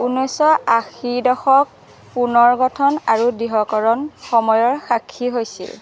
ঊনৈছশ আশী দশক পুনৰ গঠন আৰু দৃঢ়কৰণ সময়ৰ সাক্ষী হৈছিল